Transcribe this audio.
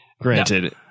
granted